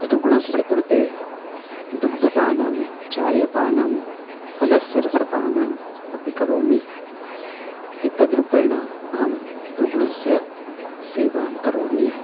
रुग्णस्य कृते दुग्धपानं चायपानं फलस्य रसपानम् अपि करोमि एतद्रूपेण अहं रुग्णस्य सेवां करोमि